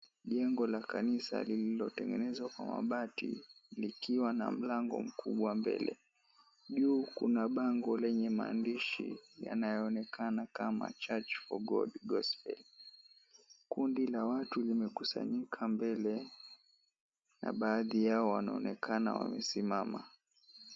Jengo la kanisa lililotengenezwa kwa mabati likiwa na mlango mkubwa mbele. Juu kuna bango lenye maandishi yanayoonekana kama, Church for God Gospel . Kundi la watu limekusanyika mbele na baadhi yao wanaonekana wamesimama.